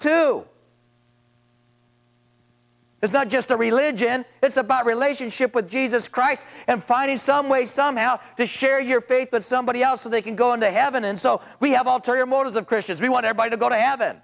to it's not just a religion it's about relationship with jesus christ and finding some way somehow to share your faith that somebody else so they can go into heaven and so we have all to your motives of christians we want everybody to go to heaven